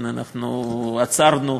עצרנו,